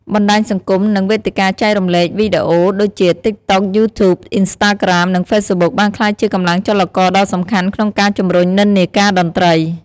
បណ្ដាញសង្គម និងវេទិកាចែករំលែកវីដេអូដូចជា TikTok, YouTube, Instagram និង Facebook បានក្លាយជាកម្លាំងចលករដ៏សំខាន់ក្នុងការជំរុញនិន្នាការតន្ត្រី។